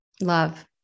Love